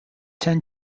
ten